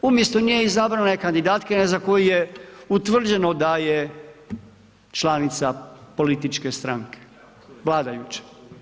Umjesto nje je izabrana kandidatkinja za koju je utvrđeno da je članica političke stranke, vladajuće.